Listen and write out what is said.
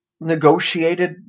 negotiated